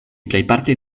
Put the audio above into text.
plejparte